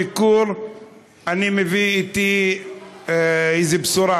וכל ביקור אני מביאה אתי איזו בשורה.